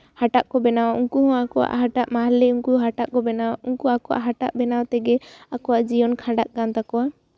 ᱦᱟᱴᱟᱜ ᱠᱚ ᱵᱮᱱᱟᱣᱟ ᱩᱱᱠᱩ ᱦᱚᱸ ᱟᱠᱚᱣᱟᱜ ᱦᱟᱴᱟᱜ ᱢᱟᱦᱞᱮ ᱩᱱᱠᱩ ᱦᱚᱸ ᱦᱟᱴᱟᱜ ᱠᱚ ᱵᱮᱱᱟᱣᱟ ᱩᱱᱠᱩ ᱟᱠᱚᱣᱟᱜ ᱦᱟᱴᱟᱜ ᱵᱮᱱᱟᱣ ᱛᱮᱜᱮ ᱟᱠᱚᱣᱟᱜ ᱡᱤᱭᱚᱱ ᱠᱷᱟᱸᱰᱟᱜ ᱠᱟᱱ ᱛᱟᱠᱚᱣᱟ